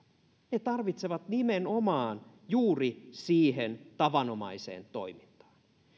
he tarvitsevat sitä nimenomaan juuri siihen tavanomaiseen toimintaan